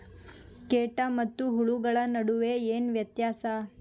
ಕೇಟ ಮತ್ತು ಹುಳುಗಳ ನಡುವೆ ಏನ್ ವ್ಯತ್ಯಾಸ?